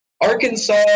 Arkansas